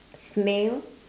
snail